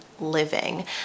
living